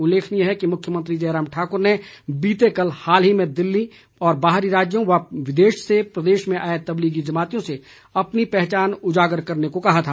उल्लेखनीय है कि मुख्यमंत्री जयराम ठाकुर ने बीते कल हाल ही मे दिल्ली बाहरी राज्यों और विदेशों से प्रदेश में आए तबलीगी जमातियों से अपनी पहचान उजागर करने को कहा था